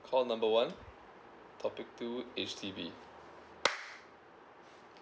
call number one topic two H_D_B